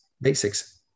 basics